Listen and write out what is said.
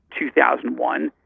2001